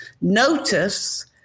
notice